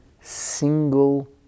single